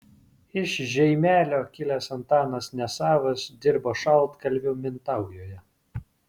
iš žeimelio kilęs antanas nesavas dirbo šaltkalviu mintaujoje